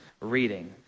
reading